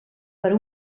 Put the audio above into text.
per